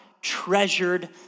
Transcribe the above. treasured